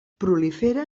prolifera